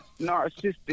narcissistic